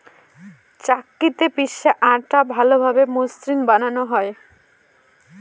চাক্কিতে পিষে আটা ভালোভাবে মসৃন বানানো হয়